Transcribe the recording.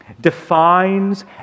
defines